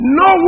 no